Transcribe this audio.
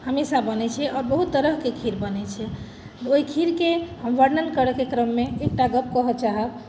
हमेशा बनैत छै आओर बहुत तरहके खीर बनैत छै ओहि खीरके हम वर्णन करयके क्रममे एकटा गप्प कहऽ चाहब